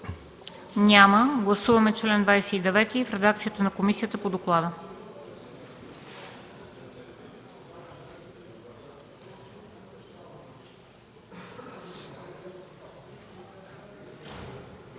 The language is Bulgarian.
Няма. Гласуваме чл. 31 в редакцията на комисията по доклада.